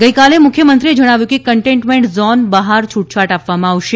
ગઇકાલે મુખ્યમંત્રીએ જણાવ્યું કે કન્ટેઈન્મેન્ટ ઝોન બહાર છૂટછાટ આપવામાં આવશે